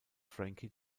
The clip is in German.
frankie